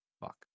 fuck